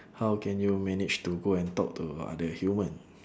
how can you manage to go and talk to other human